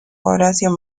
horacio